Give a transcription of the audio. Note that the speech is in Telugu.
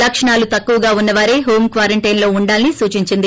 లక్షణాలు తక్కువగా ఉన్నవారే హోం క్వారంటైన్ లో ఉండాలని సూచించింది